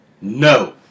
No